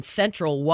central